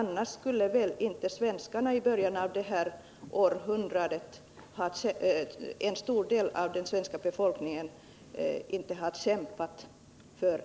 Om det inte vore så, skulle väl inte en stor del av den svenska befolkningen i början av detta århundrade ha kämpat för